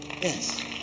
yes